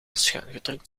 schuingedrukt